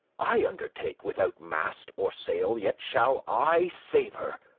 i undertake, withoute mast or sail, yet shall i save her,